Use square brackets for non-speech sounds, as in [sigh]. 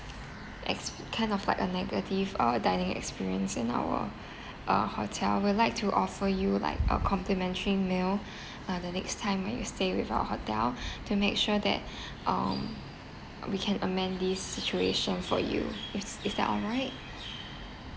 ex~ kind of like a negative uh dining experience in our [breath] uh hotel we'll like to offer you like a complimentary meal [breath] uh the next time when you stay with our hotel [breath] to make sure that [breath] um we can amend this situation for you is is that all right